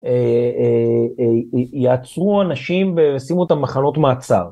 יעצרו אנשים וישימו אותם במחנות מעצר.